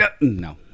No